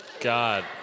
God